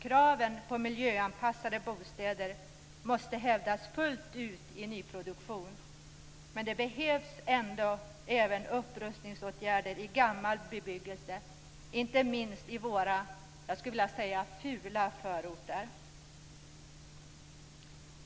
Kraven på miljöanpassade bostäder måste hävdas fullt ut i nyproduktionen, men det behövs även upprustningsåtgärder i gammal bebyggelse, inte minst i våra - låt mig säga det - fula förorter.